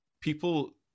people